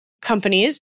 companies